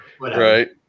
right